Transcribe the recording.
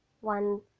one